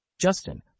Justin